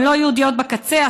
הן לא יהודיות בקצה,